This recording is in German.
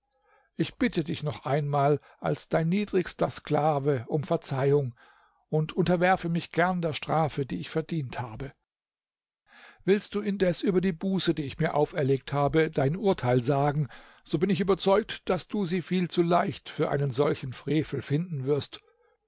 ich bitte dich noch einmal als dein niedrigster sklave um verzeihung und unterwerfe mich gern der strafe die ich verdient habe willst du indes über die buße die ich mir auferlegt habe dein urteil sagen so bin ich überzeugt daß du sie viel zu leicht für einen solchen frevel finden wirst